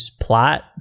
plot